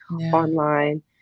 online